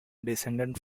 descended